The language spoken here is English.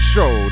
Show